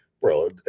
bro